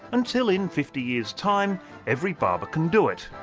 until in fifty years' time every barber can do it.